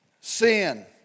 Sin